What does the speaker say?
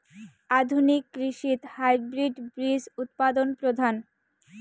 আধুনিক কৃষিত হাইব্রিড বীজ উৎপাদন প্রধান